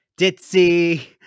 ditzy